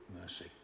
mercy